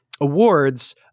awards